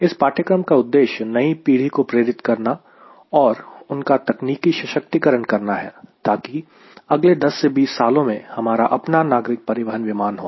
इस पाठ्यक्रम का उद्देश्य नई पीढ़ी को प्रेरित करना और उनका तकनीकी सशक्तिकरण करना है ताकि अगले 10 से 20 सालों में हमारा अपना नागरिक परिवहन विमान हो